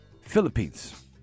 Philippines